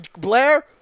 Blair